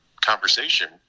conversation